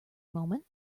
moment